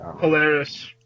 Hilarious